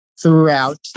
Throughout